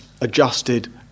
adjusted